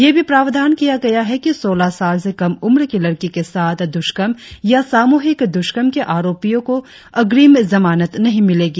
यह भी प्रावधान किया गया है कि सोलह साल से कम उम्र की लड़की के साथ द्रष्कर्म या सामूहिक द्रष्कर्म के आरोपी को अग्रिम जमानत नही मिलेगी